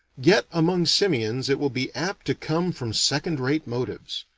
yet among simians it will be apt to come from second-rate motives.